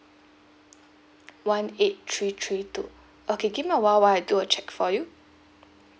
one eight three three two okay give me a while while I do a check for you